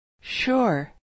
Sure